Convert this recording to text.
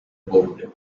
board